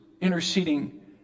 interceding